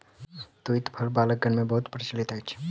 तूईत फल बालकगण मे बहुत प्रचलित अछि